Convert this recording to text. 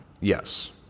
Yes